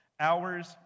Hours